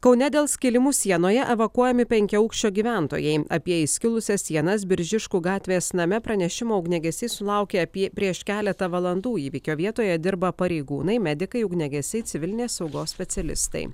kaune dėl skilimų sienoje evakuojami penkiaaukščio gyventojai apie įskilusias sienas biržiškų gatvės name pranešimo ugniagesiai sulaukė apie prieš keletą valandų įvykio vietoje dirba pareigūnai medikai ugniagesiai civilinės saugos specialistai